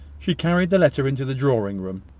she carried the letter into the drawing-room,